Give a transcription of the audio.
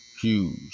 huge